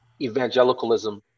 evangelicalism